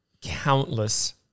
countless